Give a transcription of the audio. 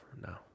no